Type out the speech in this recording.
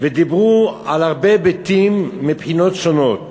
ודיברו על הרבה היבטים מבחינות שונות.